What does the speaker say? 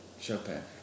Chopin